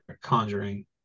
conjuring